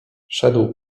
szedł